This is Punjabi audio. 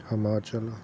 ਹਿਮਾਚਲ